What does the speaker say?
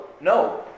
no